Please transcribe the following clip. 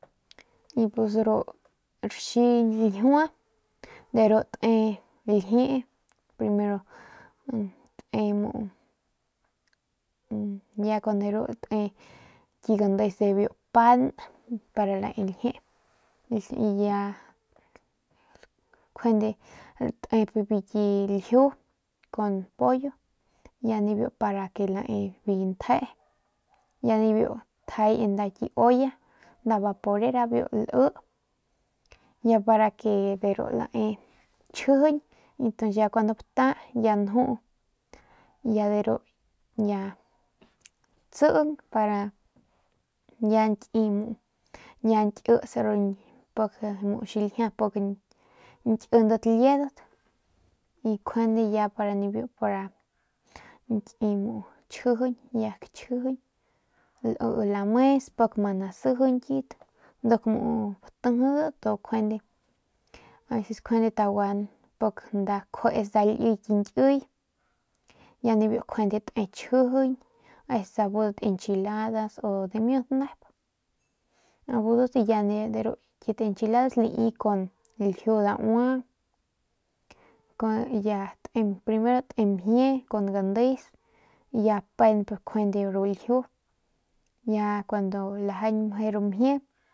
Pus ru raxi ljiua de ru te ljee primero te muu ya kun de ru te ki gandes de biu pan para lae ljie y ya y njuande tep ki ljiu con pollo y ya nibiu para ke lae biu ntjee y ya nibiu tjay en nda ki olla nda vaporera biu lii y ya para que de ru lae chjijiñ y ya cuandu bata ya njuu y ya de ru ya tsing ya para nkits ru xiljia pik nkindat liedat y ya njuande ya muu para nki chjijiñ ya chijiñ y njuande li lames pik ma nasijiñdat nduk mu ntijidat njuande taguan nda kjuets nda liy ki nkiy y ya nibiu njuande te chjijiñ veces budat enchiladas o dimiut nep abudat ya de ru kit enchiladas lai kun ljiu daua primero te mjie kun gandes y ya pemp njuande ru ljiu y ya cuandu lajañ meje ru.